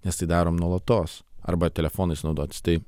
nes tai darom nuolatos arba telefonais naudotis tai